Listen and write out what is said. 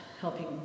helping